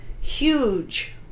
huge